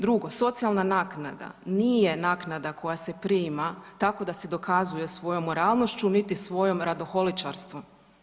Drugo, socijalna naknada nije naknada koja se prima tako da se dokazuje svojom moralnošću niti svojim radoholičarstvom.